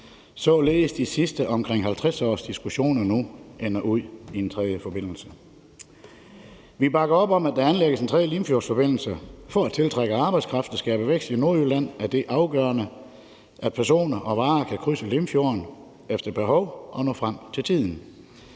således at de sidste omkring 50 års diskussioner nu ender ud i en tredje forbindelse. Vi bakker op om, at der anlægges en tredje Limfjordsforbindelse. For at tiltrække arbejdskraft og skabe vækst i Nordjylland er det afgørende, at personer og varer kan krydse Limfjorden efter behov og nå frem til tiden.